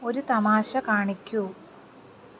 ഒരു തമാശ കാണിക്കൂ